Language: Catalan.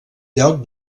lloc